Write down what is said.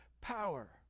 power